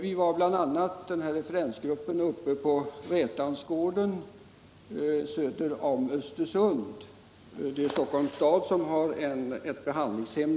Vi i referensgruppen har bl.a. varit uppe på Rätansgården söder om Östersund, där Stockholms kommun har ett behandlingshem.